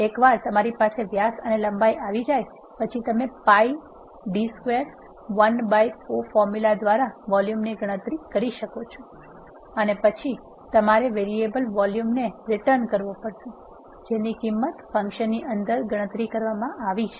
એકવાર તમારી પાસે વ્યાસ અને લંબાઈ આવી જાય પછી તમે π d square l by 4 formula દ્વારા વોલ્યુમની ગણતરી કરી શકો છો અને પછી તમારે વેરીએબલ વોલ્યુમ ને રિટન કરવો પડશે જેની કિંમત ફંક્શનની અંદર ગણતરી કરવામાં આવી છે